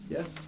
Yes